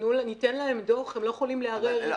ניתן להם דוח הם לא יכולים לערער,